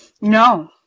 No